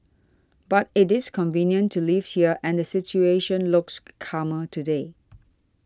but it is convenient to live here and the situation looks calmer today